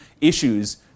issues